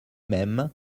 mêmes